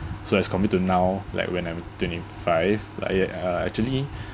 so as compared to now like when I'm twenty five not yet uh actually